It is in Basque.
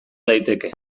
daiteke